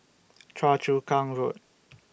Choa Chu Kang Road